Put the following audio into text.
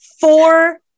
four